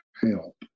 help